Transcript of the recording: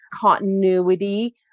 continuity